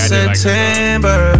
September